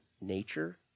nature